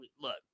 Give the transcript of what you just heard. Look